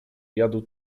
jadał